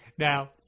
Now